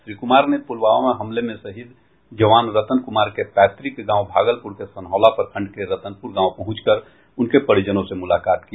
श्री कुमार ने पुलवामा हमले में शहीद जवान रतन कुमार के पैतुक गांव भागलपुर के सन्हौला प्रखंड के रतनपूर गांव पहुंच कर उनके परिजनों से मुलाकात की